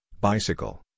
bicycle